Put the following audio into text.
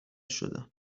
شدن